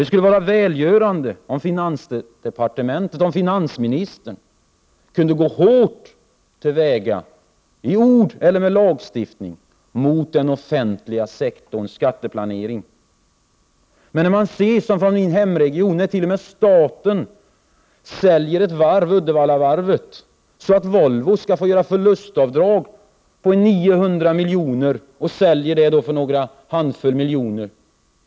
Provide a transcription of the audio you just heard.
Det skulle vara välgörande om finansministern och finansdepartementet i ord eller genom lagstiftning gick hårt fram när det gäller den offentliga sektorns skatteplanering. I min hemkommun säljer t.o.m. staten ut företag. Jag tänker då på Uddevallavarvet, som säljs så att Volvo skall kunna göra förlustavdrag på 900 milj.kr. — försäljningen ger bara några miljoner.